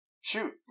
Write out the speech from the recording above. Shoot